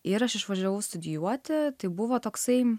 ir aš išvažiavau studijuoti tai buvo toksai